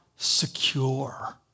secure